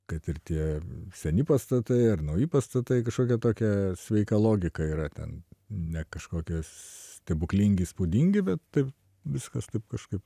kad ir tie seni pastatai ar nauji pastatai kažkokia tokia sveika logika yra ten ne kažkokie stebuklingi įspūdingi bet taip viskas taip kažkaip